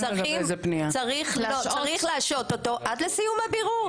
צריך להשעות אותו עד לסיום הבירור.